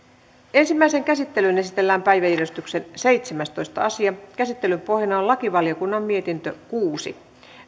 ensimmäiseen käsittelyyn esitellään päiväjärjestyksen seitsemästoista asia käsittelyn pohjana on lakivaliokunnan mietintö kuusi